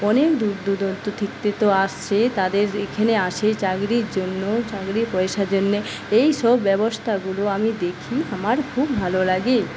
অনেক দূর দূরান্ত থেকে আসছে তাদের এখানে আসে চাকরির জন্য চাকরি পয়সার জন্য এইসব ব্যবস্থাগুলো আমি দেখি আমার খুব ভালো লাগে